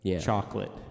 chocolate